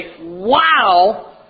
wow